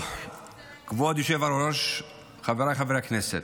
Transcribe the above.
כבוד היושב-ראש, חבריי חברי הכנסת,